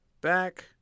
back